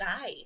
guy